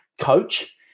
coach